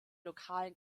lokalen